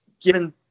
given